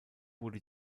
wurde